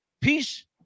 Peace